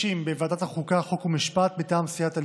בוועדת החוקה, חוק ומשפט: מטעם סיעת הליכוד,